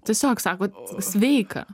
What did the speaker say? tiesiog sako sveika